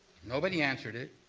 nobody answered it.